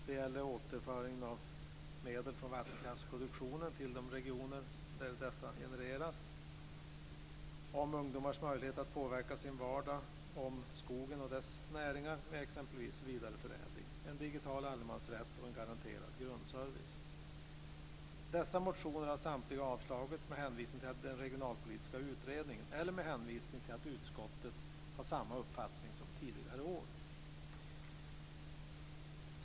Det gäller återföringen av medel från vattenkraftsproduktionen till de regioner där dessa genereras, ungdomars möjlighet att påverka sin vardag, skogen och dess näringar - med exempelvis vidareförädling - en digital allemansrätt och en garanterad grundservice. Dessa motioner har samtliga avslagits med hänvisning till den regionalpolitiska utredningen eller med hänvisning till att utskottet har samma uppfattning som tidigare år.